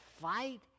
fight